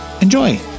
enjoy